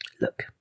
Look